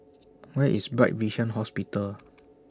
Where IS Bright Vision Hospital